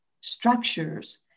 structures